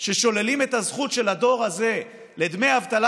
ששוללים את הזכות של הדור הזה לדמי אבטלה